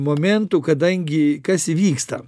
momentų kadangi kas įvyksta